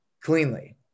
cleanly